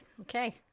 Okay